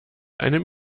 einem